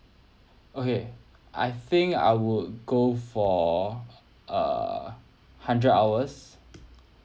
okay I think I would go for err hundred hours